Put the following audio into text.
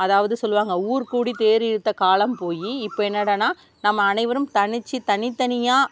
அதாவது சொல்லுவாங்க ஊர்க் கூடி தேர் இழுத்த காலம் போய் இப்போ என்னடானால் நம்ம அனைவரும் தனித்து தனித்தனியாக